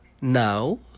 now